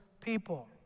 people